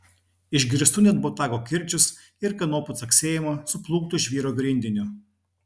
išgirstu net botago kirčius ir kanopų caksėjimą suplūkto žvyro grindiniu